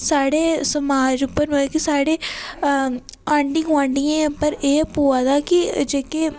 साढ़े समाज पर मतलब कि साढ़े आंढ़ी गोआढ़ियें पर एह् पोआ दी कि जेह्के